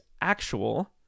actual